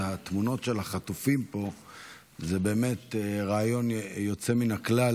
התמונות של החטופים פה זה באמת רעיון יוצא מן הכלל,